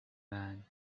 man